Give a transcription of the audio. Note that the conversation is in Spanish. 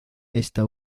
esta